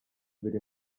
biri